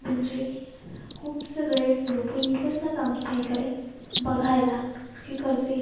म्हणजे खूप सगळे लोकं येत असतात आमच्याइकडे बघायला की कसे